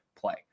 play